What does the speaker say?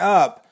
up